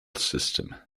system